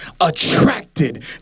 attracted